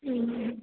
হুম হুম